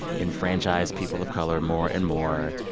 enfranchise people of color more and more.